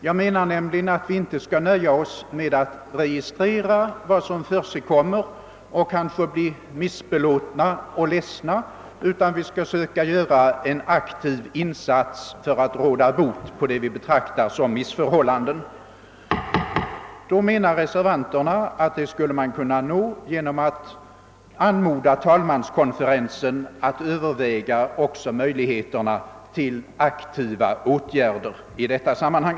Jag menar nämligen att vi inte skall nöja oss med att registrera vad som förekommer och kanske bli missbelåtna och ledsna, utan vi skall försöka göra en aktiv insats för att råda bot på vad vi betraktar som missförhållanden. Reservanterna tror att det skulle man kunna uppnå genom att anmoda talmanskonferensen att överväga också möjligheterna till aktiva åtgärder i detta sammanhang.